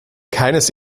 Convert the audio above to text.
keines